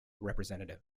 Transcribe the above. representative